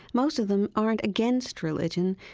most of them aren't against religion.